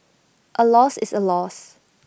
A loss is A loss